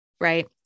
right